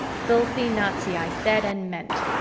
filthy nazi i said and meant.